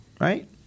right